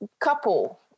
couple